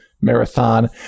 Marathon